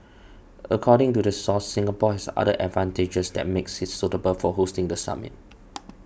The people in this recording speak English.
according to the source Singapore has other advantages that makes it suitable for hosting the summit